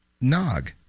Nog